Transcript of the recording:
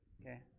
Okay